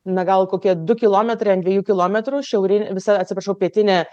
na gal kokie du kilometrai ant dviejų kilometrų šiaurin visa atsiprašau pietinė